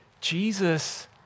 Jesus